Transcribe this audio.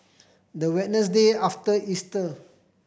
the Wednesday after Easter